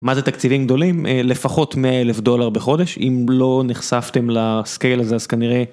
מה זה תקציבים גדולים? לפחות מאלף דולר בחודש, אם לא נחשפתם לסקל הזה אז כנראה